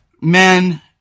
men